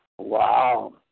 Wow